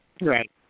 Right